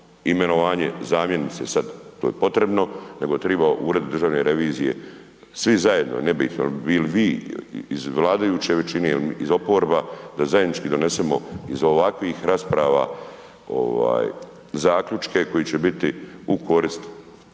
imenovanje zamjenice sad to je potrebno, nego treba Ured državne revizije, svi zajedno, nebitno je li bili vi iz vladajuće većine ili iz oporba, da zajednički donesemo iz ovakvih rasprava zaključke koji će biti u korist